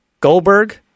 Goldberg